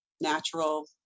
natural